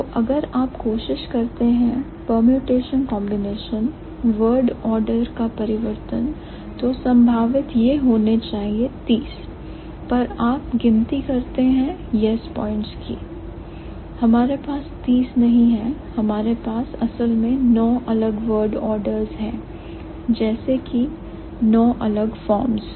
तो अगर आप कोशिश करते हैं परम्यूटेशन कंबीनेशन word order का परिवर्तन तो संभावित यह होने चाहिए 30 पर आप गिनती करते हैं "yes" पॉइंट्स की हमारे पास 30 नहीं हैं हमारे पास असल में नौ अलग word orders हैं जैसे कि 9 अलग फॉर्म्स